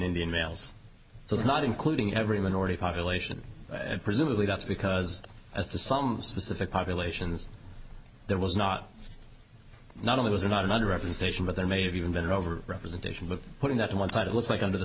indian males so it's not including every minority population and presumably that's because as to some specific populations there was not not only was there not another reputation but there may have even been over representation but putting that on one side it looks like under the